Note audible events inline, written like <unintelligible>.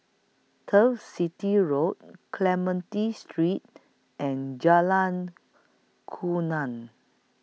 Turf City Road Clementi Street and Jalan <unintelligible>